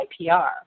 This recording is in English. IPR